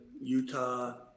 Utah